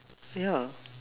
ya